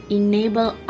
enable